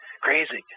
crazy